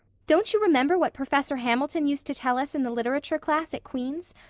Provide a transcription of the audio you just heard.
don't you remember what professor hamilton used to tell us in the literature class at queen's?